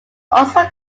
also